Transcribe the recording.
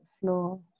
floor